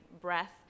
breath